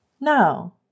No